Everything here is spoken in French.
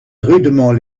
rudement